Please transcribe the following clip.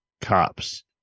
cops